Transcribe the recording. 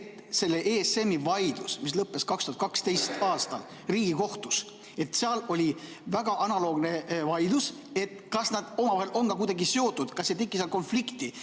et see ESM‑i vaidlus, mis lõppes 2012. aastal Riigikohtus, oli väga analoogne vaidlus. Kas nad omavahel on ka kuidagi seotud? Kas ei teki seal konflikti